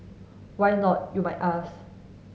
why not you might ask